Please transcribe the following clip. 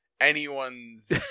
anyone's